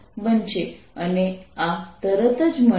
અને આ તરત જ મને આપે છે